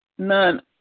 none